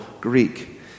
Greek